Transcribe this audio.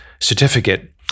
Certificate